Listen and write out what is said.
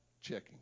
checking